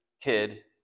kid